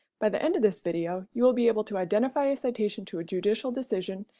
by the end of this video, you will be able to identify a citation to a judicial decision,